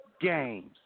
games